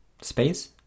space